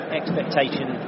expectation